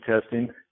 testing